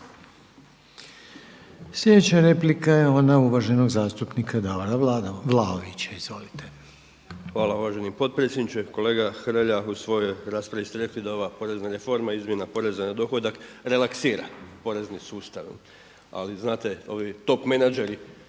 Sljedeća replika je ona uvaženog zastupnika Davora Vlaovića. Izvolite. **Vlaović, Davor (HSS)** Hvala uvaženi potpredsjedniče. Kolega Hrelja u svojoj raspravi ste rekli da ova porezna reforma, izmjena poreza na dohodak relaksira porezni sustav ali znate ovi top menadžeri